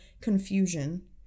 confusion